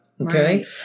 okay